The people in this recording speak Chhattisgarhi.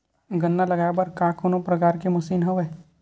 गन्ना लगाये बर का कोनो प्रकार के मशीन हवय?